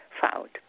found